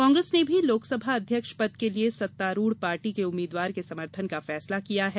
कांग्रेस ने भी लोकसभा अध्यक्ष पद के लिए सत्तारूढ़ पार्टी के उम्मीदवार के समर्थन का फैसला किया है